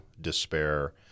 despair